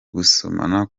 gusomana